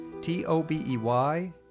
T-O-B-E-Y